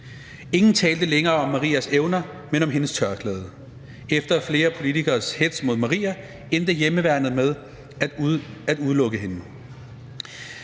Ingen talte længere om Marias evner, men om hendes tørklæde. Efter flere politikeres hetz mod Maria endte hjemmeværnet med at udelukke hende,